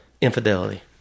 Infidelity